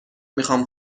میخوام